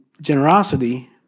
generosity